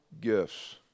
gifts